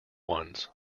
ones